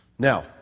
Now